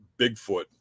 Bigfoot